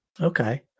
Okay